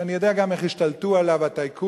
ואני יודע גם איך השתלטו עליו הטייקונים.